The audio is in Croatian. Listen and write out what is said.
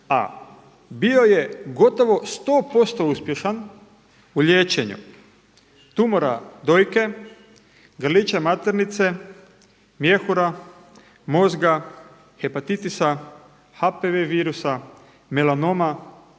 a bio je gotovo 100% uspješan u liječenju tumora dojke, grlića maternice, mjehura, mozga, hepatitisa, HPV virusa, melanoma,